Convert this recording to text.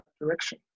direction